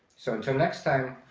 so until next time,